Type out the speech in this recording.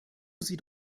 sieht